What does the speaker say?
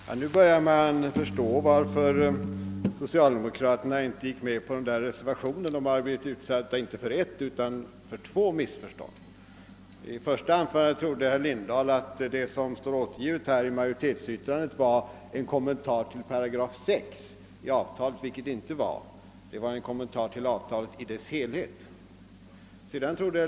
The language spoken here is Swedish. Herr talman! Nu börjar man förstå varför socialdemokraterna inte gick med på reservationen: de har blivit utsatta inte för ett utan för två missförstånd. I sitt första anförande trodde herr Lindahl att det som stod återgivet i majoritetsyttrandet var en kommentar till 8 6 i avtalet, vilket det inte var. Det var en kommentar till avtalet i dess helhet.